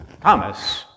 Thomas